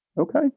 okay